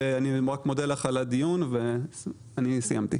אני מודה לך על הדיון, ואני סיימתי.